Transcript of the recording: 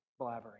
blabbering